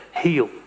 heal